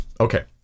Okay